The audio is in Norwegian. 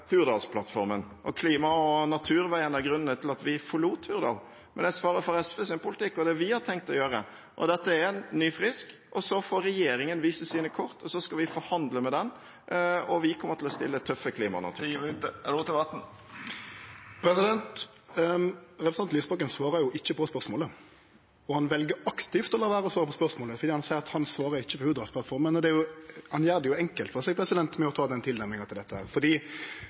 Hurdalsplattformen – klima og natur var en av grunnene til at vi forlot Hurdal. Jeg svarer for SVs politikk og det vi har tenkt å gjøre. Dette er en ny frisk, så får regjeringen vise sine kort, og så skal vi forhandle med den. Vi kommer til å stille tøffe klima- og naturkrav. Tida er ute. Representanten Lysbakken svarar jo ikkje på spørsmålet. Han vel aktivt å la vere å svare på spørsmålet, for han seier at han ikkje svarar for Hurdalsplattforma. Han gjer det enkelt for seg med å ta den tilnærminga til dette,